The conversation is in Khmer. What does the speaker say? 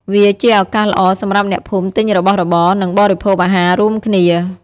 វាជាឱកាសល្អសម្រាប់អ្នកភូមិទិញរបស់របរ និងបរិភោគអាហាររួមគ្នា។